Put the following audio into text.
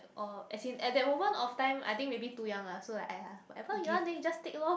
oh as in at that moment of time I think maybe too young lah so like !aiya! whatever you want then you just take lor